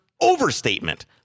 overstatement